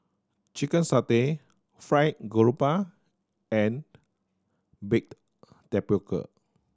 chicken satay fried grouper and baked tapioca